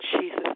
Jesus